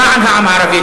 למען העם הערבי.